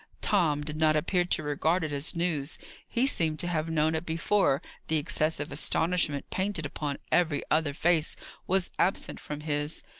tom did not appear to regard it as news he seemed to have known it before the excessive astonishment painted upon every other face was absent from his.